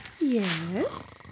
Yes